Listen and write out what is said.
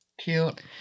Cute